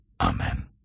Amen